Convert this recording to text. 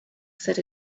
said